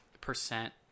percent